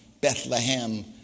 Bethlehem